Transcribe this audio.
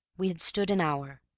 we had stood an hour,